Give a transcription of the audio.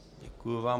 Děkuji vám.